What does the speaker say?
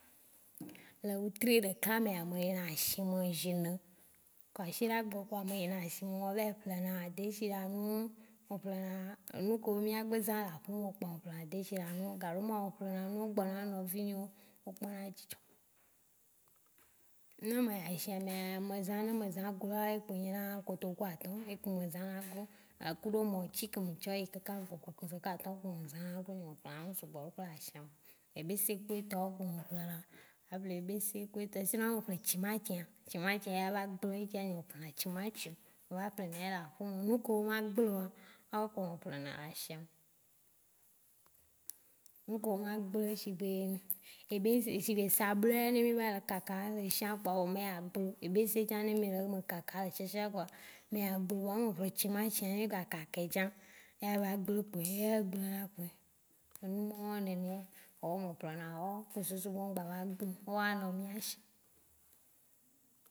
Le wetri ɖeka mea me le na shi zi ne. Kɔshiɖa gbe kpɔa me yina ashi me me vɛ ƒle n deshi ɖa nuo, me ƒle na nu ke wo mía gbe zã le aƒe me kpɔ kplɔ n deshi ɖa nu, gaɖo mea m ƒle na nu wo gbɔ na nɔvi nye wo, o kpɔ na dzidzɔ. Ne me yi shime, me zã na ne me zã na gloa ekpo enyi kotoku atɔ̃. Ekpo me zã na glo, gba kudo mɔtsi ke me tsɔ yi kaka gbɔ kotoku ze atɔ̃. Ekpo me kplɔ n tsɔ ƒle nu sugbɔ le ashi me. Ebese ku etɔ kpo me ƒle na. Sinon n me ƒle tsimatsi ya tsimatsi ya va gble, eŋtsia nu me ƒle na tsimatsio. Me va ƒle nɛ eya le aƒe me. Nu ke wo ma gbleoa wa wo kpo me ƒle na le ashi me. Ŋke ma gle shigbe ebes shigbe sabulɛ, n mí va le kakao le shiã kpɔa o me ya gbleo. Ebese tsã n mí n mi nɔ le kaka ele shiã shiã kpɔa me ya gbleo, vɔa ne me ƒle tsimatsi ne gba kakɛ tsã eya va gble kpoe, eya gble na kpoe. Enu maoa nenea me ƒle nao kple susu be ŋgba va gbleo wa nɔ mía shí.